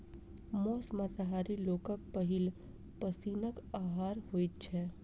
मौस मांसाहारी लोकक पहिल पसीनक आहार होइत छै